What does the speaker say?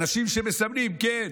אנשים שמסמנים, כן,